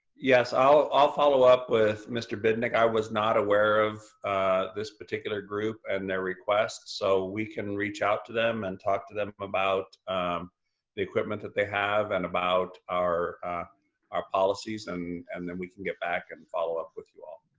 yes, i'll follow up with mr. bidnick. i was not aware of this particular group and their requests so we can reach out to them and talk to them about the equipment that they have and about our our policies and and then we can get back and follow up with you all.